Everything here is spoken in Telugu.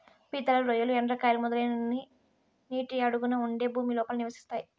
పీతలు, రొయ్యలు, ఎండ్రకాయలు, మొదలైనవి నీటి అడుగున ఉండే భూమి లోపల నివసిస్తాయి